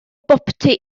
boptu